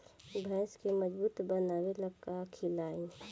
भैंस के मजबूत बनावे ला का खिलाई?